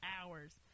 hours